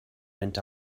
went